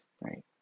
right